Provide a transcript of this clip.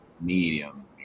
medium